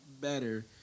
better